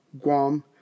Guam